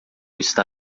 está